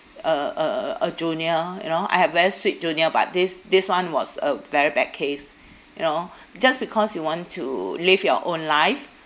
uh uh uh uh a junior you know I have very sweet junior but this this [one] was a very bad case you know just because you want to live your own life